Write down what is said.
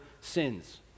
sins